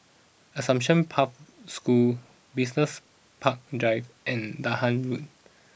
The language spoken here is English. Assumption Pathway School Business Park Drive and Dahan Road